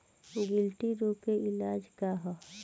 गिल्टी रोग के इलाज का ह?